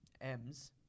M's